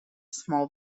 small